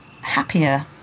happier